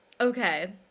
Okay